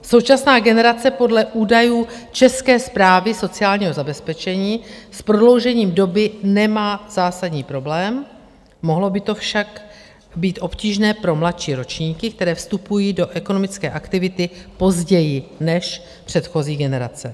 Současná generace podle údajů České správy sociálního zabezpečení s prodloužením doby nemá zásadní problém, mohlo by to však být obtížné pro mladší ročníky, které vstupují do ekonomické aktivity později než předchozí generace.